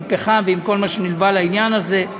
עם פחם ועם כל מה שנלווה לעניין הזה.